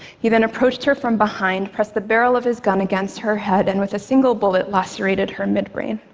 he then approached her from behind, pressed the barrel of his gun against her head, and with a single bullet, lacerated her midbrain.